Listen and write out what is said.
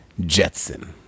Jetson